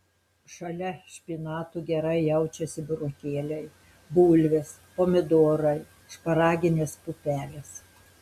šalia špinatų gerai jaučiasi burokėliai bulvės pomidorai šparaginės pupelės